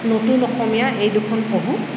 নতুন অসমীয়া এই দুখন পঢ়োঁ